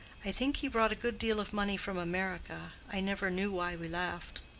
i think he brought a good deal of money from america, i never knew why we left.